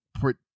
put